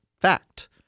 fact